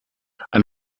ein